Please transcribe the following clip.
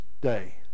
day